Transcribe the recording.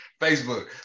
Facebook